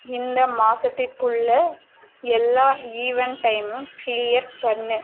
இந்த மாதத்துக்குள்ள எல்லா ஈவெண்ட் டைமும் கிளீயர் பண்ணு